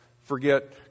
Forget